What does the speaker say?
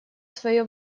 свое